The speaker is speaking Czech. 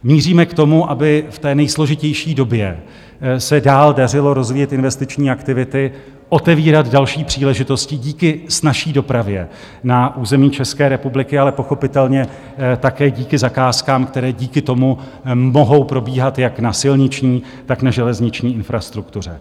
Míříme k tomu, aby v té nejsložitější době se dál dařilo rozvíjet investiční aktivity, otevírat další příležitosti díky snazší dopravě na území České republiky, ale pochopitelně také díky zakázkám, které díky tomu mohou probíhat jak na silniční, tak na železniční infrastruktuře.